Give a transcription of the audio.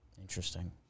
Interesting